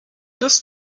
das